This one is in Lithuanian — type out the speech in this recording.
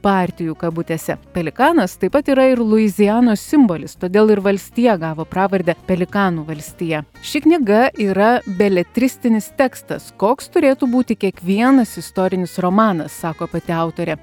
partijų kabutėse pelikanas taip pat yra ir luizianos simbolis todėl ir valstija gavo pravardę pelikanų valstija ši knyga yra beletristinis tekstas koks turėtų būti kiekvienas istorinis romanas sako pati autorė